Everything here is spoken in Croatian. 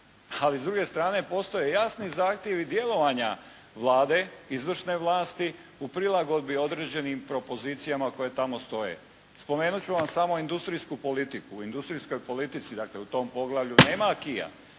Ali s druge strane postoje jasni zakoni djelovanja Vlade, izvršne vlasti u prilagodbi određenim propozicijama koje tamo stoje. Spomenut ću vam samo industrijsku politiku. U industrijskoj politici dakle u tom poglavlju nema Aqui-a